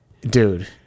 Dude